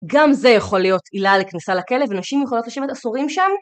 גם זה יכול להיות עילה לכניסה לכלא, ונשים יכולות לשבת עשורים שם?